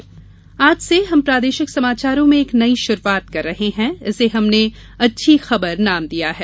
अच्छी खबर आज से हम प्रादेशिक समाचारों में एक नई शुरुआत कर रहे हैं इसे हमने अच्छी खबर नाम दिया है